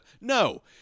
No